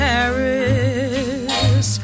Paris